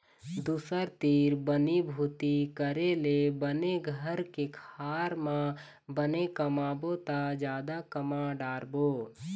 दूसर तीर बनी भूती करे ले बने घर के खार म बने कमाबो त जादा कमा डारबो